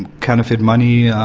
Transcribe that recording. and counterfeit money,